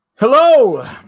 Hello